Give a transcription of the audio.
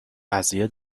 قضیه